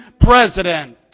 President